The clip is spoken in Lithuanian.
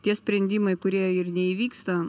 tie sprendimai kurie ir neįvyksta